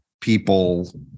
people